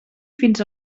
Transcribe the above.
fins